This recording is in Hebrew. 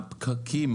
הפקקים,